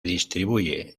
distribuye